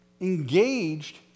engaged